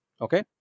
Okay